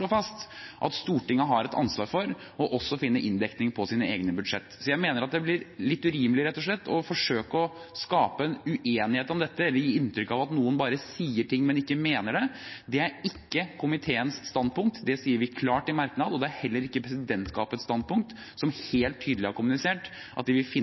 fast at Stortinget har et ansvar for å finne inndekning på sine egne budsjetter. Jeg mener at det blir litt urimelig – rett og slett – å forsøke å skape en uenighet om dette, eller å gi inntrykk av at noen bare sier ting, men ikke mener det. Det er ikke komiteens standpunkt. Det sier vi klart i en merknad, og det er heller ikke presidentskapets standpunkt, som helt tydelig har kommunisert at de vil finne